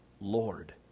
Lord